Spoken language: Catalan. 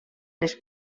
les